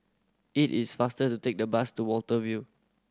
it is faster to take the bus to Watten View